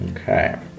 Okay